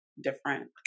different